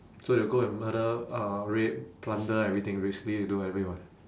so you'll go and murder uh rape plunder everything basically you do whatever you want